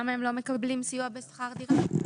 למה הם לא מקבלים סיוע בשכר דירה?